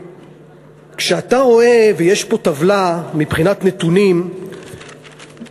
כשאתה רואה, ויש פה טבלה מבחינת נתונים מה